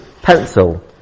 pencil